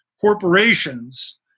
corporations